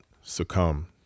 succumb